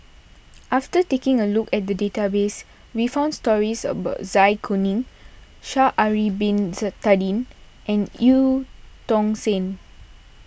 after taking a look at the database we found stories about Zai Kuning Sha'ari Bin Tadin and Eu Tong Sen